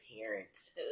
parents